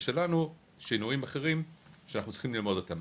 ושלנו שינויים אחרים שאנחנו צריכים ללמוד אותם.